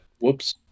whoops